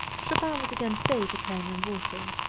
chopin was again safe at home in warsaw.